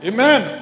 Amen